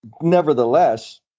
Nevertheless